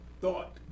thought